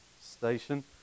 station